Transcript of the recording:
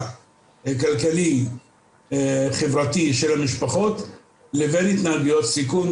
כלכלי חברתי של המשפחות לבין התנהגויות סיכון,